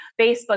Facebook